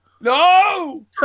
No